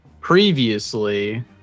previously